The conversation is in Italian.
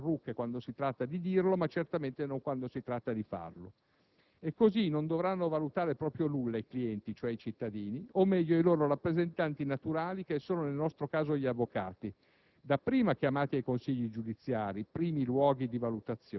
Non così è il sistema della giustizia, che evidentemente mal sopporta le parrucche, quando si tratta di dirlo, ma certamente non quando si tratta di farlo. E così non dovranno valutare proprio nulla i clienti, cioè i cittadini o, meglio, i loro rappresentanti naturali, che sono nel nostro caso gli avvocati,